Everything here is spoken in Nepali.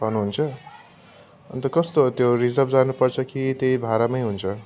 पाउनुहुन्छ अन्त कस्तो त्यो रिजर्भ जानु पर्छ कि त्यही भाडामै हुन्छ